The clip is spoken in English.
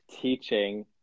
teaching